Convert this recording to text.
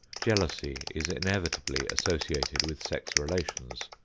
jealousy is inevitably associated with sex relations.